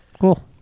cool